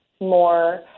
more